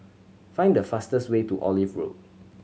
find the fastest way to Olive Road